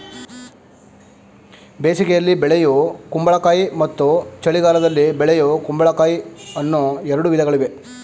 ಬೇಸಿಗೆಯಲ್ಲಿ ಬೆಳೆಯೂ ಕುಂಬಳಕಾಯಿ ಮತ್ತು ಚಳಿಗಾಲದಲ್ಲಿ ಬೆಳೆಯೂ ಕುಂಬಳಕಾಯಿ ಅನ್ನೂ ಎರಡು ವಿಧಗಳಿವೆ